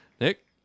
Nick